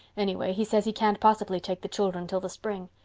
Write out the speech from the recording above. anyway, he says he can't possibly take the children till the spring.